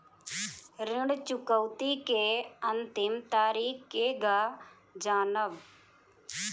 ऋण चुकौती के अंतिम तारीख केगा जानब?